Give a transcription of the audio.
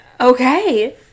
Okay